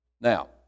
Now